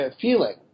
feeling